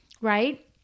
right